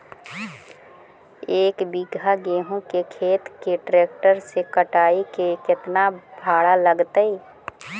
एक बिघा गेहूं के खेत के ट्रैक्टर से कटाई के केतना भाड़ा लगतै?